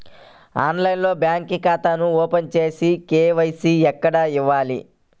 ఆన్లైన్లో బ్యాంకు ఖాతా ఓపెన్ చేస్తే, కే.వై.సి ఎక్కడ ఇవ్వాలి?